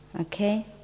Okay